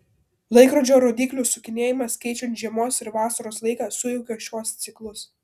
laikrodžio rodyklių sukinėjimas keičiant žiemos ir vasaros laiką sujaukia šiuos ciklus